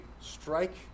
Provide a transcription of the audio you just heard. strike